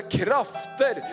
krafter